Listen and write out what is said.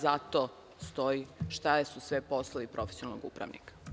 Zato stoji šta su sve poslovi profesionalnog upravnika.